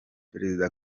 perezida